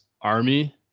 Army